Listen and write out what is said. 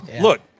Look